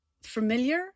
familiar